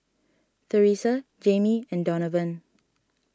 Teressa Jaimee and Donavan